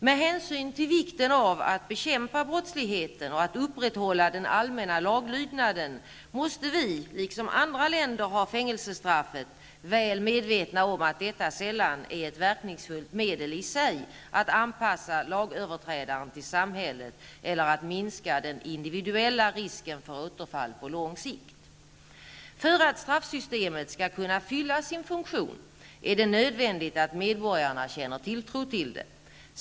Med hänsyn till vikten av att bekämpa brottsligheten och att upprätthålla den allmänna laglydnaden måste Sverige, liksom andra länder, ha fängelsestraffet, väl medvetna om att detta sällan är ett verkningsfullt medel i sig att anpassa lagöverträdaren till samhället eller att minska den individuella risken för återfall på lång sikt. För att straffsystemet skall kunna fylla sin funktion är det nödvändigt att medborgarna känner tilltro till det.